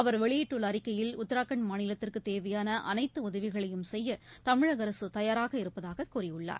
அவர் வெளியிட்டுள்ள அறிக்கையில் மாநிலத்திற்கு உத்தரகாண்ட் தேவையான அனைத்து உதவிகளையும் செய்ய தமிழக அரசு தயாராக இருப்பதாக கூறியுள்ளார்